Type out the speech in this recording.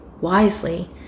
wisely